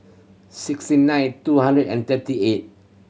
sixty nine two hundred and thirty eight